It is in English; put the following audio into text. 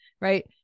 right